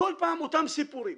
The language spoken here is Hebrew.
כל פעם אותם סיפורים,